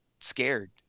Scared